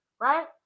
right